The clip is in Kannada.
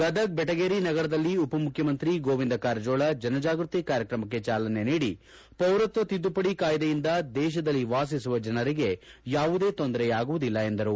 ಗದಗ ಬೆಟಗೇರಿ ನಗರದಲ್ಲಿ ಉಪ ಮುಖ್ಯಮಂತ್ರಿ ಗೋವಿಂದ ಕಾರಜೋಳ ಜನಜಾಗೃತಿ ಕಾರ್ಯಕ್ರಮಕ್ಕೆ ಚಾಲನೆ ನೀಡಿ ಪೌರತ್ವ ತಿದ್ದುಪಡಿ ಕಾಯ್ದೆಯಿಂದ ದೇಶದಲ್ಲಿ ವಾಸಿಸುವ ಜನರಿಗೆ ಯಾವುದೇ ತೊಂದರೆ ಆಗುವುದಿಲ್ಲ ಎಂದರು